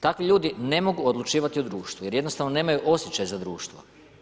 Takvi ljudi ne mogu odlučivati u društvu jer jednostavno nemaju osjećaj za društvo.